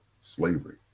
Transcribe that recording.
slavery